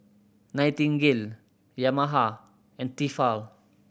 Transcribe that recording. Nightingale Yamaha and Tefal